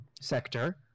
sector